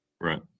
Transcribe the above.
right